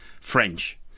French